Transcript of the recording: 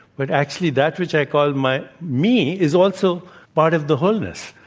but actually, that which i call my me is also part of the wholeness.